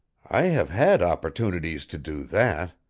i have had opportunities to do that.